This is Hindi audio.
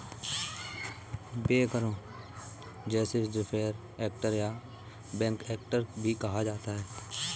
बैकहो जिसे रियर एक्टर या बैक एक्टर भी कहा जाता है